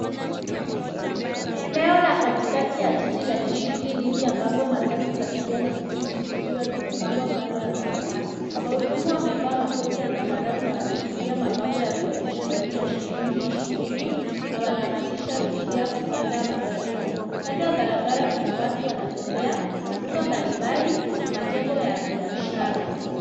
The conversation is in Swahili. Ni eneo la katikati ya jiji lenye shughuli nyingi ambapo matatu za kijani kibichi zikiwa zimepangwa kando ya barabara. Wahudumu wamevaa makoti ya zambarau na wanashikilia mabango ya kuonyesha nauli ya shilingi 20 na wanahamasisha abiria kupanda magari yao. Kando ya barabara kuna watu wanatembea, maduka mbalimbali na majengo ya biashara.